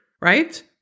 right